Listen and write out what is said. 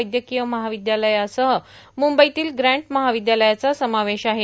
वैद्यकीय महाविद्यालयासह मुंबईतील ग्रॅण्ट महाविद्यालयाचा समावेश आहे